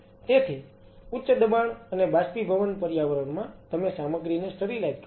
તેથી ઉચ્ચ દબાણ અને બાષ્પીભવન પર્યાવરણમાં તમે સામગ્રીને સ્ટરીલાઈઝ કરો છો